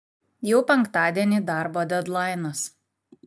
jau penktadienį darbo dedlainas